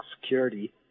security